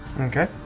Okay